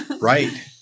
Right